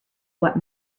what